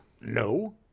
no